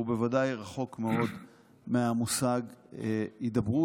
והוא בוודאי רחוק מאוד מהמושג הידברות.